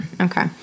Okay